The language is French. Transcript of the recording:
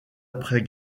après